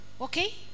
Okay